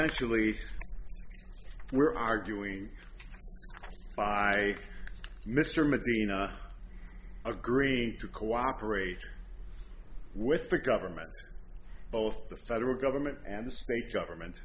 ially were arguing by mr medina agreed to cooperate with the government both the federal government and the state government